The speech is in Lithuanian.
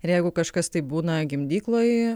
ir jeigu kažkas taip būna gimdykloj